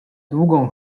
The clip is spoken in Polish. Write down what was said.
długą